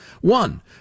One